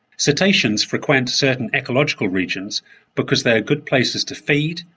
cetaceans frequent certain ecological regions because they are good places to feed,